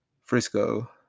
Frisco